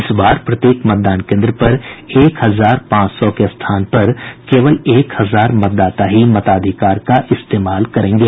इस बार प्रत्येक मतदान केंद्र पर एक हजार पांच सौ के स्थान पर केवल एक हजार मतदाता ही मताधिकार का इस्तेमाल करेंगे